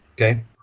Okay